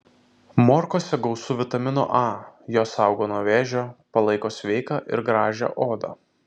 morkose gausu vitamino a jos saugo nuo vėžio palaiko sveiką ir gražią odą